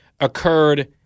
occurred